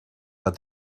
but